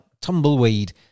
tumbleweed